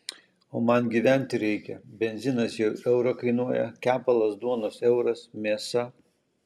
o man gyventi reikia benzinas jau eurą kainuoja kepalas duonos euras mėsa